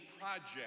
project